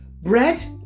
Bread